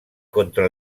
contra